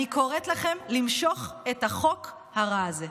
אני קוראת לכם למשוך את החוק הרע הזה.